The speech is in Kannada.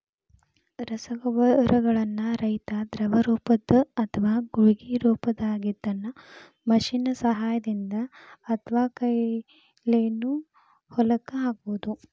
ರಸಗೊಬ್ಬರಗಳನ್ನ ರೈತಾ ದ್ರವರೂಪದ್ದು ಅತ್ವಾ ಗುಳಿಗಿ ರೊಪದಾಗಿದ್ದಿದ್ದನ್ನ ಮಷೇನ್ ನ ಸಹಾಯದಿಂದ ಅತ್ವಾಕೈಲೇನು ಹೊಲಕ್ಕ ಹಾಕ್ಬಹುದು